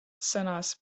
sõnas